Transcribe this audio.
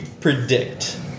predict